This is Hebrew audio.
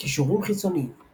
== קישורים חיצוניים ==